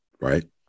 right